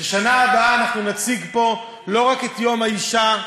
שבשנה הבאה אנחנו נציג פה לא רק את יום האישה,